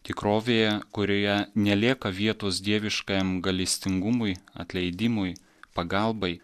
tikrovėje kurioje nelieka vietos dieviškajam galestingumui atleidimui pagalbai